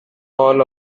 all